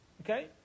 Okay